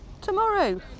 tomorrow